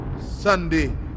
Sunday